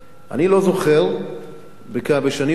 אני לא זוכר בשנים האחרונות,